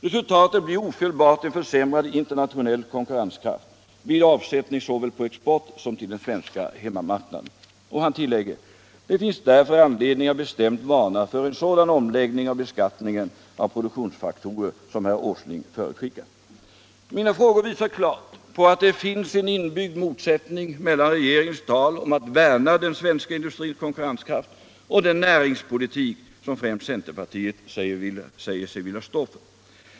Resultatet blir ofelbart en försämrad internationell konkurrenskraft vid avsättning såväl på export som till den svenska hemmamarknaden.” Och han tillägger: ”Det finns därför anledning att bestämt varna för en sådan omläggning av beskattningen av produktionsfaktorer som herr Åsling förutskickar.” Mina frågor visar klart på att det finns en inbyggd motsättning mellan regeringens tal om att värna den svenska industrins konkurrenskraft och den näringspolitik som främst centerpartiet säger sig vilja stå för.